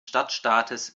stadtstaats